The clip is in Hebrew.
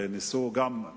וניסו גם,